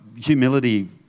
humility